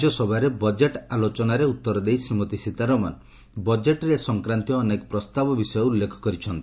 ରାଜ୍ୟସଭାରେ ବଜେଟ୍ ଆଲୋଚନାରେ ଉତ୍ତର ଦେଇ ଶ୍ରୀମତୀ ସୀତାରମଣ ବଜେଟ୍ରେ ଏ ସଂକ୍ରାନ୍ତୀୟ ଅନେକ ପ୍ରସ୍ତାବ ବିଷୟ ଉଲ୍ଲେଖ କରିଛନ୍ତି